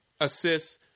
assists